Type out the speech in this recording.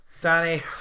Danny